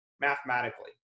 mathematically